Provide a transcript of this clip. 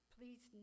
Please